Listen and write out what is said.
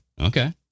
okay